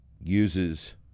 uses